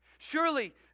Surely